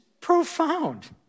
profound